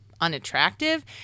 unattractive